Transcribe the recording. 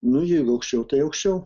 nu jeigu aukščiau tai aukščiau